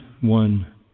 One